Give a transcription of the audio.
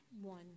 one